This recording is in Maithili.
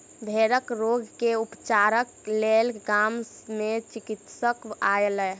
भेड़क रोग के उपचारक लेल गाम मे चिकित्सक आयल